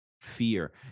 fear